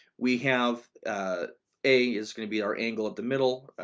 we have a is going to be our angle at the middle,